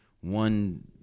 one